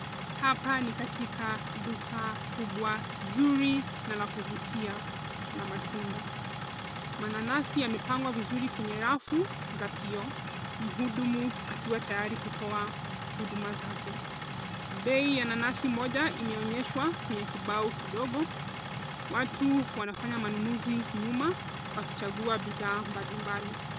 Hapa ni katika duka kubwa nzuri na la kuvutia la matunda. Mananasi yamepangwa vizuri kwenye rafu za kioo, mhudumu akiwa tayari kutoa huduma zake. Bei ya nanasi moja imeonyesha kwenye kibao kidogo. Watu wanafanya manunuzi nyuma wakichagua bidhaa.